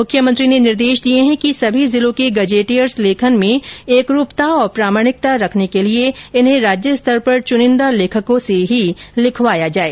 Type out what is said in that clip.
मुख्यमंत्री ने निर्देश दिए हैं कि सभी जिलों के गजेटियर्स लेखन में एकरूपता और प्रामाणिकता रखने के लिए इन्हें राज्य स्तर पर चुनिंदा लेखकों से ही लिखवाया जाए